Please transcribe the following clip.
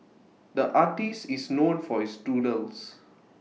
the artist is known for his doodles